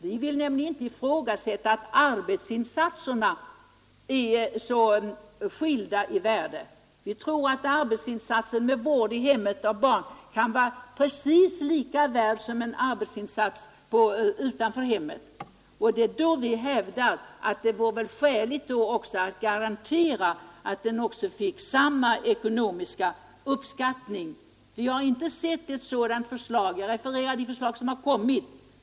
Vi vill nämligen inte ifrågasätta att arbetsinsatserna är så skilda i värden. Vi tror att arbetsinsatsen i form av vård av barn i hemmet kan vara precis lika mycket värd som en arbetsinsats utanför hemmet, och vi hävdar att det då också vore skäligt att garantera samma ekonomiska uppskattning för bägge slagen av insatser. Vi har inte sett något sådant förslag. Jag refererade de förslag som kommit.